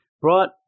Brought